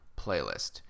playlist